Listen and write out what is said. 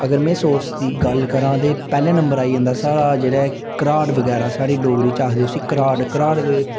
अगर में सोर्स दी गल्ल करांऽ ते पैह्ले नंबर आई जंदा साढ़ा जेह्ड़े घराट बगैरा साढ़े डोगरी च आखदे उसी घराट घराट दे